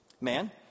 Man